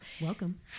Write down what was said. Welcome